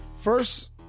first